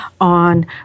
on